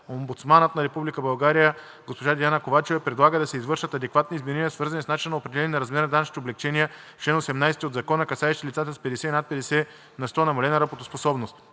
Омбудсманът на Република България госпожа Диана Ковачева предлага в ЗДДФЛ да се извършат адекватни изменения, свързани с начина на определяне на размера на данъчните облекчения в чл. 18 от Закона, касаещ лицата с 50 и над 50 на сто намалена работоспособност.